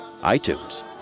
iTunes